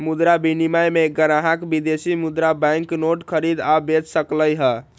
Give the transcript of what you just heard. मुद्रा विनिमय में ग्राहक विदेशी मुद्रा बैंक नोट खरीद आ बेच सकलई ह